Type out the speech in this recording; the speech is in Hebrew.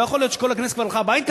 לא יכול להיות שכל הכנסת כבר הלכה הביתה,